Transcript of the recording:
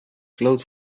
glowed